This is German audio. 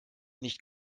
nicht